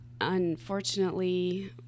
Unfortunately